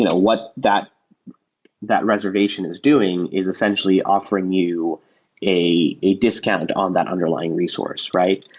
you know what that that reservation is doing is essentially offering you a a discount on that underlying resource, right?